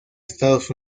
estados